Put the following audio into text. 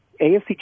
AFC